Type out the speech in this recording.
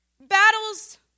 Battles